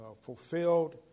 fulfilled